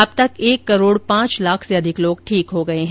अब तक एक करोड़ पांच लाख से अधिक लोग ठीक हो चुके हैं